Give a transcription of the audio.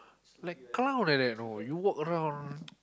like clown like that you know you walk around